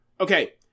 Okay